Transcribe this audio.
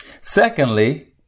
Secondly